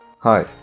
Hi